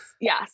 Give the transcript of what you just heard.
Yes